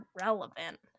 relevant